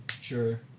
Sure